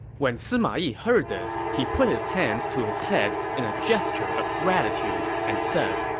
when sima yi heard this, he put his hands to his head in a gesture of gratitude and said,